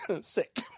sick